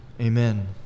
amen